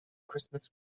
christmas